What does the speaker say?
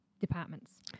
departments